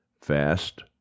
fast